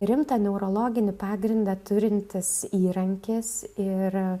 rimtą neurologinį pagrindą turintis įrankis ir